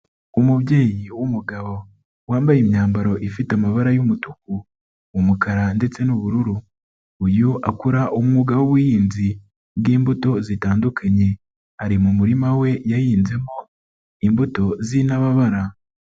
Umubyeyi w'umugabo, wambaye imyambaro ifite amabara y'umutuku, umukara ndetse n'ubururu. Uyu akora umwuga w'ubuhinzi bw'imbuto zitandukanye, ari mu murima we yahinzemo imbuto z'intababara.